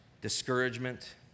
discouragement